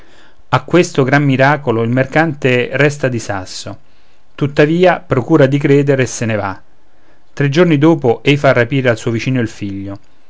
a questo gran miracolo il mercante resta di sasso tuttavia procura di credere e sen va tre giorni dopo ei fa rapire al suo vicino il figlio